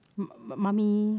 m~ m~ mummy